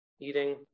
eating